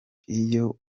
iyo